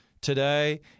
Today